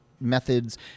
methods